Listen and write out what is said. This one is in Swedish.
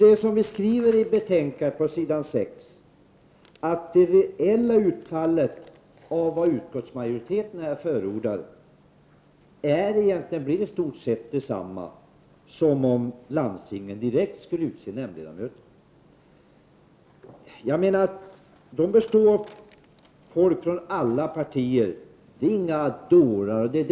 Som utskottet skriver i betänkandet på s. 6 ”torde det reella utfallet av vad utskottet nu förordat komma att bli i stort sett detsamma som om landstingen direkt skulle utse nämndledamöterna”. Ledamöter i nämnderna består av folk från olika partier, och dessa personer är minsann inga dårar.